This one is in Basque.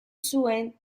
zuen